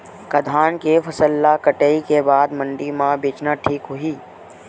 का धान के फसल ल कटाई के बाद मंडी म बेचना ठीक होही?